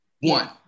One